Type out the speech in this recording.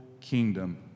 kingdom